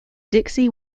dixie